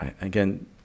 again